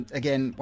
again